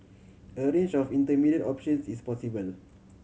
a range of intermediate options is possible